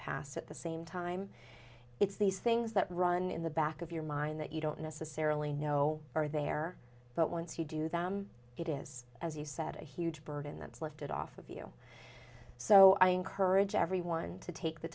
pass at the same time it's these things that run in the back of your mind that you don't necessarily know are there but once you do them it is as you said a huge burden that's lifted off of you so i encourage everyone to take the